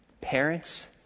parents